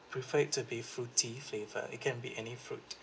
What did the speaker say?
prefer it to be fruity flavor it can be any fruit